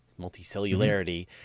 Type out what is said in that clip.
multicellularity